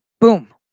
boom